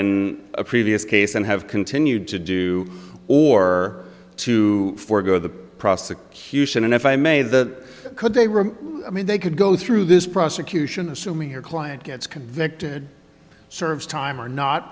in a previous case and have continued to do or to forego the prosecution and if i may that could be a room i mean they could go through this prosecution assuming your client gets convicted serves time or not